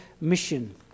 mission